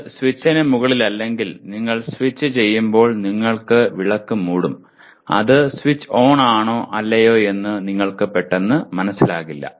ഇത് സ്വിച്ചിന് മുകളിലല്ലെങ്കിൽ നിങ്ങൾ സ്വിച്ച് ചെയ്യുമ്പോൾ നിങ്ങൾ വിളക്ക് മൂടും അത് സ്വിച്ച് ഓൺ ആണോ ഇല്ലയോ എന്ന് നിങ്ങൾക്ക് പെട്ടെന്ന് മനസിലാകില്ല